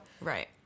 Right